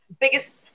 biggest